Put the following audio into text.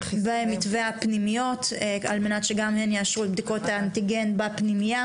במתווה הפנימיות על מנת שגם הן יאשרו את בדיקות האנטיגן בפנימייה.